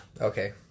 Okay